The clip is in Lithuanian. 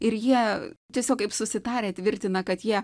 ir jie tiesiog kaip susitarę tvirtina kad jie